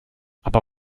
aber